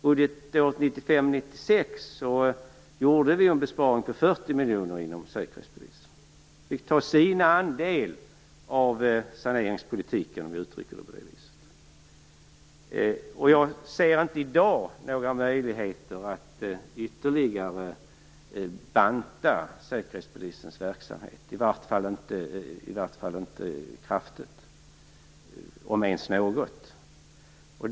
Budgetåret 1995/96 gjorde vi en besparing på 40 miljoner inom Säkerhetspolisen. De fick ta sin andel av saneringspolitiken. Jag ser inga möjligheter i dag att ytterligare banta Säkerhetspolisens verksamhet, i alla fall inte kraftigt - om ens något.